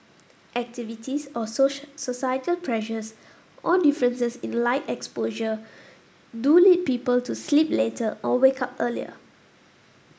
activities or societal pressures or differences in light exposure do lead people to sleep later or wake up earlier